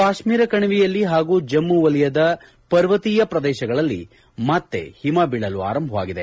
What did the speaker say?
ಕಾಶ್ಮೀರ ಕಣಿವೆಯಲ್ಲಿ ಹಾಗೂ ಜಮ್ನು ವಲಯದ ಪರ್ವತೀಯ ಪ್ರದೇಶಗಳಲ್ಲಿ ಮತ್ತೆ ಹಿಮ ಬೀಳಲು ಆರಂಭವಾಗಿದೆ